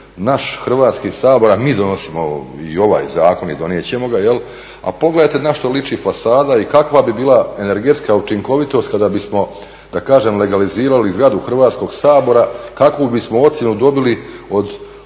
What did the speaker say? naš Hrvatski sabor, a mi donosimo i ovaj zakon i donijet ćemo ga, a pogledajte na što liči fasada i kakva bi bila energetska učinkovitost kada bismo da kažem legalizirali zgradu Hrvatskog sabora, kakvu bismo ocjenu dobili od